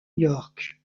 york